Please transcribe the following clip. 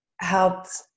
helped